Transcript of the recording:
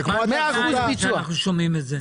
כבר פעם 200 שאנחנו שומעים את זה.